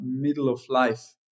middle-of-life